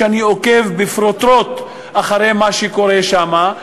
ואני עוקב בפרוטרוט אחרי מה שקורה שם,